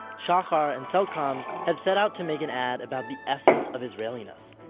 shahar and cellcom had set out to make an ad about the essence of israeliness.